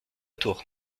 tour